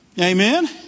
Amen